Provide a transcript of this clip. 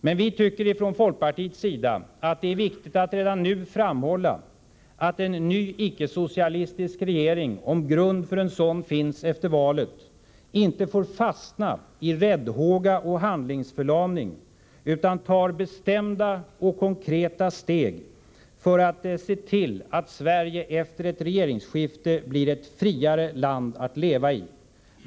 Men vi tycker från folkpartiets sida att det är viktigt att redan nu framhålla att en ny icke-socialistisk regering, om grund för en sådan finns efter valet, inte får fastna i räddhåga och handlingsförlamning utan tar bestämda och konkreta steg för att se till att Sverige efter ett regeringsskifte blir ett friare land att leva i.